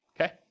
okay